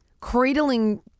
cradling